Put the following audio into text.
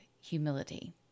humility